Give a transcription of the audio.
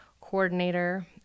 coordinator